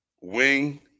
wing